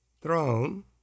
throne